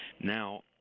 Now